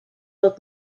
dat